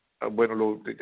bueno